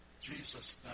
Jesus